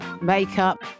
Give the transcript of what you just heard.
makeup